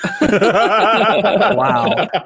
Wow